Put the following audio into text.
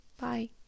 Bye